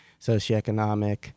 socioeconomic